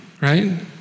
Right